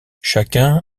chacun